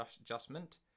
adjustment